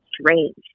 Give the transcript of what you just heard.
strange